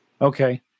Okay